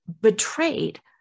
betrayed